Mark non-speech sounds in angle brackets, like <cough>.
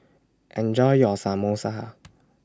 Enjoy your Samosa <noise>